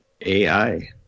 AI